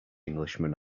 englishman